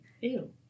Ew